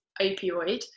opioid